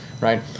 right